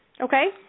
Okay